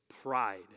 pride